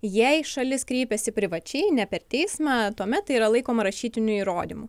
jei šalis kreipėsi privačiai ne per teismą tuomet tai yra laikoma rašytiniu įrodymu